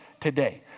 today